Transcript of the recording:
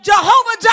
Jehovah